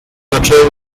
zaczęły